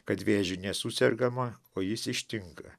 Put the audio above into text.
kad vėžiu nesusergama o jis ištinka